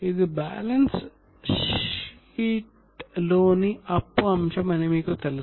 ఇది బ్యాలెన్స్ షీట్లోని అప్పు అంశం అని మీకు తెలుసు